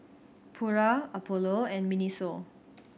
Pura Apollo and MINISO